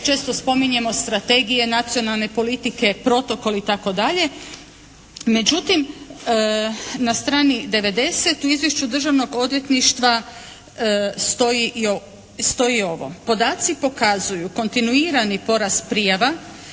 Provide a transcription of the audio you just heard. često spominjemo strategije nacionalne politike, protokol itd. Međutim, na strani 90 u izvješću Državnog odvjetništva stoji ovo podaci pokazuju kontinuirani porast prijava